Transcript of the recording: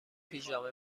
پیژامه